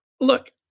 look